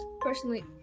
personally